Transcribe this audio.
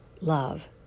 love